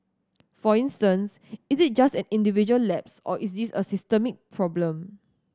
for instance is it just an individual lapse or is this a systemic problem